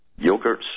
yogurts